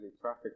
traffic